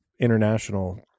international